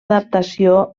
adaptació